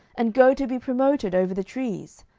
and go to be promoted over the trees?